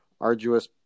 arduous